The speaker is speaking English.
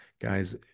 guys